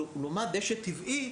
לעומת דשא טבעי,